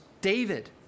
David